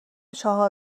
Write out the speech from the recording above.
چهار